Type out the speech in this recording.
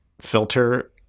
filter